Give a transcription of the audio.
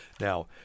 Now